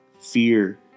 fear